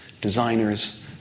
designers